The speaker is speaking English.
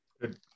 Good